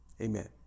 Amen